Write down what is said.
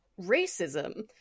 racism